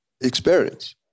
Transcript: experience